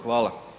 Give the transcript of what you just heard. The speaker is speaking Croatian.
Hvala.